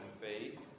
Faith